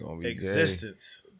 existence